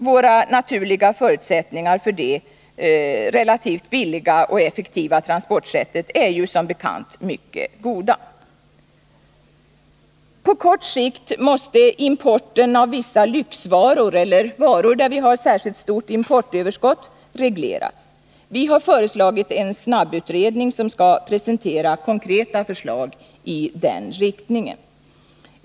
Våra naturliga förutsättningar för detta relativt billiga och effektiva transportsätt är ju som bekant mycket goda. På kort sikt måste importen av vissa lyxvaror eller varor där vi har ett särskilt stort importöverskott regleras. Vi har föreslagit en snabbutredning som skall presentera konkreta förslag i denna riktning.